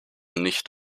nicht